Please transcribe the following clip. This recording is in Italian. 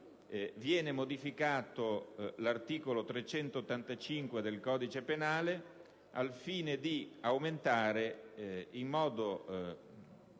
viene modificato l'articolo 385 del codice penale al fine di aumentare in modo